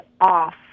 off